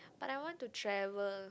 but I want to travel